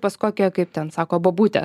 pas kokią kaip ten sako bobutę